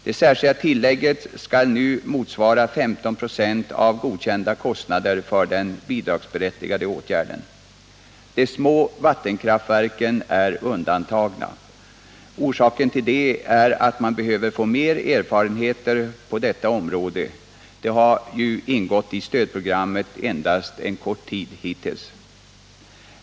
Det särskilda tillägget skall nu motsvara 15 26 av godkända kostnader för den bidragsberättigade åtgärden. De små vattenkraftverken är undantagna. Orsaken till detta är att man behöver få mer erfarenhet på detta område. Det har ju ingått i stödprogrammet endast en kort tid hittills.